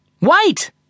Wait